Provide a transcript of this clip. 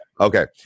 Okay